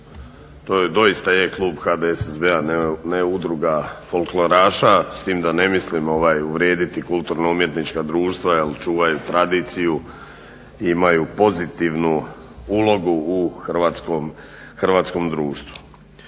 To doista je klub HDSSB-a, ne udruga folkloraša s time da ne mislim uvrijediti kulturno-umjetnička društva jer čuvaju tradiciju, imaju pozitivnu ulogu u hrvatskom društvu.